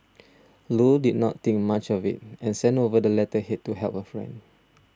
Loo did not think much of it and sent over the letterhead to help her friend